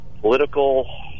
political